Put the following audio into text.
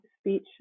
speech